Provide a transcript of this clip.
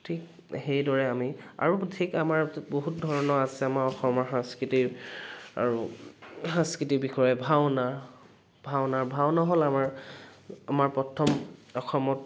ঠিক সেইদৰে আমি আৰু ঠিক আমাৰ বহুত ধৰণৰ আছে আমাৰ অসমৰ সাংস্কৃতিক আৰু সাংস্কৃতিক বিষয়ে ভাওনা ভাওনা ভাওনা হ'ল আমাৰ আমাৰ প্ৰথম অসমত